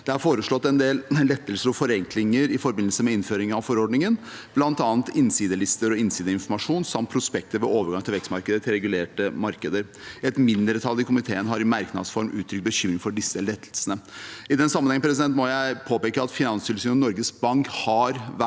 Det er foreslått en del lettelser og forenklinger i forbindelse med innføringen av forordningen, bl.a. innsidelister og innsideinformasjon samt prospekter ved overgang til vekstmarkedet til regulerte markeder. Et mindretall i komiteen har i merknads form uttrykt bekymring for disse lettelsene. I den sammenheng må jeg påpeke at Finanstilsynet og Norges Bank har vært